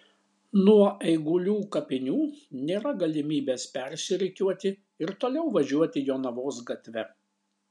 nuo eigulių kapinių nėra galimybės persirikiuoti ir toliau važiuoti jonavos gatve